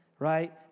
right